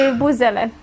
buzele